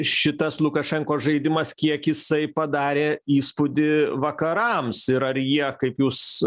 šitas lukašenkos žaidimas kiek jisai padarė įspūdį vakarams ir ar jie kaip jūs